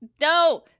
no